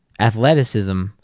athleticism